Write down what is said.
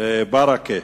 מוחמד ברכה,